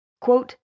Quote